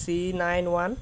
three nine one